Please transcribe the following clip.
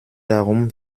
darum